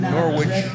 Norwich